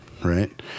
Right